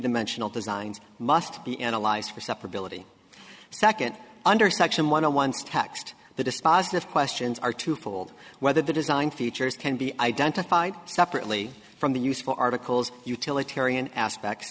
dimensional designs must be analyzed for supper ability second under section one once text the dispositive questions are twofold whether the design features can be identified separately from the use for articles utilitarian aspect